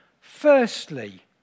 Firstly